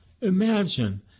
Imagine